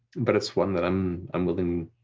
but it's one that i'm i'm willing